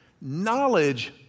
knowledge